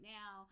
now